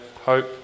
hope